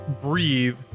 breathe